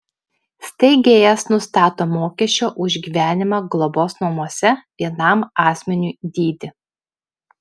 steigėjas nustato mokesčio už gyvenimą globos namuose vienam asmeniui dydį